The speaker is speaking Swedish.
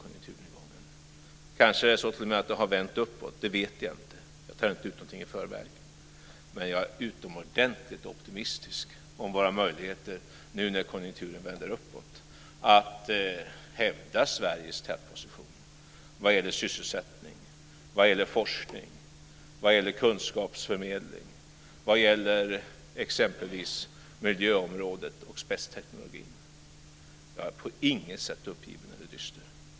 Kanske är det t.o.m. så att det har vänt uppåt. Det vet jag inte - jag tar inte ut någonting i förväg. Men jag är utomordentligt optimistisk när det gäller våra möjligheter nu när konjunkturen vänder uppåt att hävda Sveriges tätposition vad gäller sysselsättning, vad gäller forskning, vad gäller kunskapsförmedlning och vad gäller exempelvis miljöområdet och spetsteknologin. Jag är på inget sätt uppgiven eller dyster.